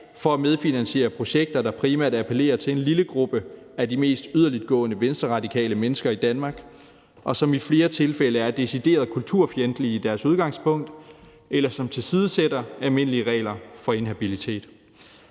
for at medfinansiere projekter, der primært appellerer til en lille gruppe af de mest yderliggående venstreradikale mennesker i Danmark, og som i flere tilfælde er decideret kulturfjendtlige i deres udgangspunkt, eller som tilsidesætter almindelige regler for inhabilitet.